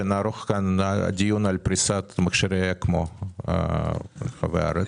ונערוך כאן דיון על פריסת מכשירי אקמו ברחבי הארץ.